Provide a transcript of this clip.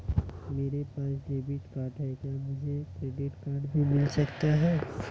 मेरे पास debit card है क्या मुझे क्रेडिट कार्ड भी मिल सकता है?